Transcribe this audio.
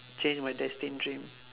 change my destined dream